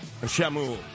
Shamu